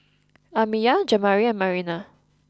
Amiyah Jamari and Marina